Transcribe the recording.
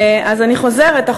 אני חוזרת.